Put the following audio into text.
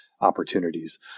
opportunities